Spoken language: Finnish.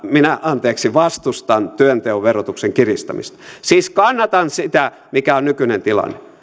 minä vastustan työnteon verotuksen kiristämistä siis kannatan sitä mikä on nykyinen tilanne